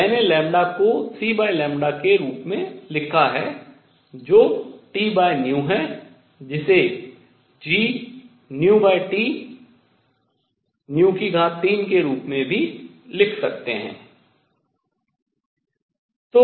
मैंने को cλ के रूप में लिखा है जो Tν है जिसे gT3 के रूप में भी लिख सकतें है